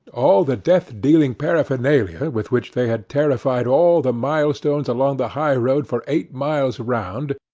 all the death-dealing paraphernalia with which they had terrified all the milestones along the highroad for eight miles round,